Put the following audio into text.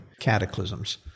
cataclysms